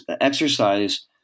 exercise